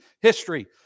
history